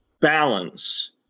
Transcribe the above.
balance